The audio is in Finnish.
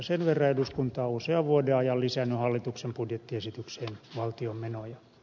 sen verran eduskunta on usean vuoden ajan lisännyt hallituksen budjettiesitykseen valtion menoja